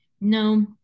no